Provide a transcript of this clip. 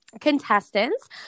contestants